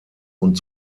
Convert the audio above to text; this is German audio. und